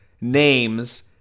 names